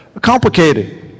complicated